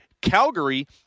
Calgary